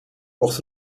kocht